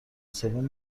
سوم